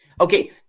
Okay